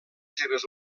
seves